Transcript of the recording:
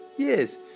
Yes